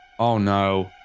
oh no